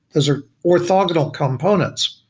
those are orthogonal components